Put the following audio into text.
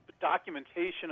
documentation